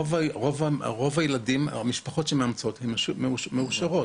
רוב המשפחות המאמצות הן מאושרות.